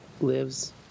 lives